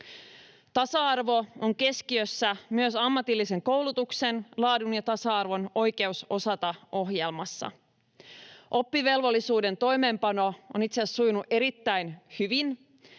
Tasa-arvo on keskiössä myös ammatillisen koulutuksen laadun ja tasa-arvon Oikeus osata ‑ohjelmassa. Oppivelvollisuuden toimeenpano on itse asiassa sujunut erittäin hyvin,